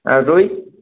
আর রুই